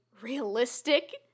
realistic